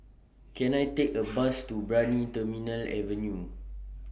Can I Take A Bus to Brani Terminal Avenue